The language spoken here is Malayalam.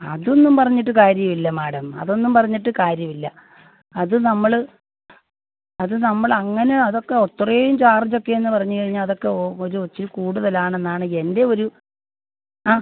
അതൊന്നും പറഞ്ഞിട്ട് കാര്യം ഇല്ല മാഡം അതൊന്നും പറഞ്ഞിട്ട് കാര്യമില്ല അത് നമ്മൾ അത് നമ്മൾ അങ്ങനെ അതൊക്കെ അത്രയും ചാർജൊക്കെ എന്ന് പറഞ്ഞു കഴിഞ്ഞാൽ അതൊക്കെ ഒരു ഇച്ചിരി കൂടുതലാണെന്നാണ് എൻ്റെ ഒരു ആ